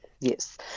Yes